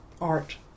art